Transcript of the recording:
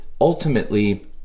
ultimately